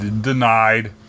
denied